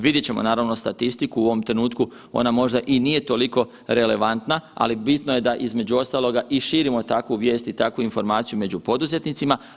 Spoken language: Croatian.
Vidjet ćemo naravno statistiku ona u ovom trenutku ona možda i nije toliko relevantna, ali bitno je da između ostaloga i širimo takvu vijest i takvu informaciju među poduzetnicima.